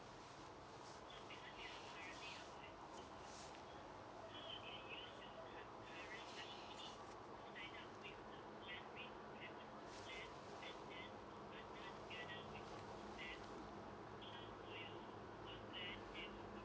okay oh